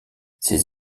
ces